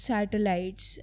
Satellites